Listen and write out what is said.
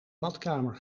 badkamer